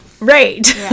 Right